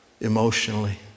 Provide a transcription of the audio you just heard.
emotionally